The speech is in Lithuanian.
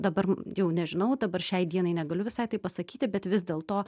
dabar jau nežinau dabar šiai dienai negaliu visai taip pasakyti bet vis dėl to